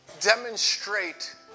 demonstrate